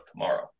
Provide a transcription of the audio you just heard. tomorrow